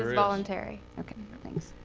voluntary. ok, thanks.